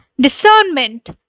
discernment